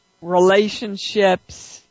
relationships